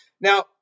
Now